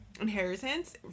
inheritance